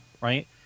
right